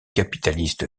capitaliste